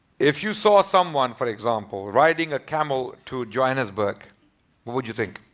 if you saw someone for example riding a camel to johannesburg, what would you think?